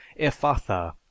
ephatha